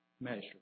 measure